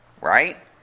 right